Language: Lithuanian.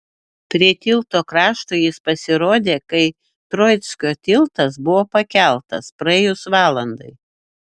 prie tilto krašto jis pasirodė kai troickio tiltas buvo pakeltas praėjus valandai